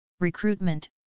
recruitment